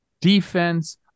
defense